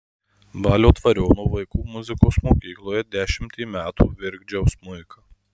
balio dvariono vaikų muzikos mokykloje dešimtį metų virkdžiau smuiką